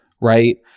right